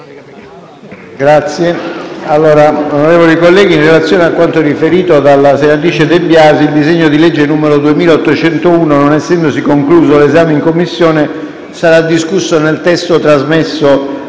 finestra"). Onorevoli colleghi, in relazione a quanto riferito dalla presidente De Biasi, il disegno di legge n. 2801, non essendosi concluso l'esame in Commissione, sarà discusso nel testo trasmesso